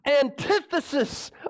antithesis